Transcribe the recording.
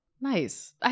Nice